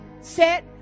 set